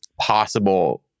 possible